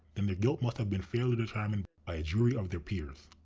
then the guilt must have been fairly determined by a jury of their peers.